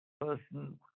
person